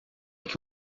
que